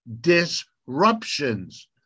disruptions